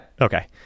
Okay